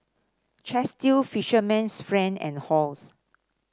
Chesdale Fisherman's Friend and Halls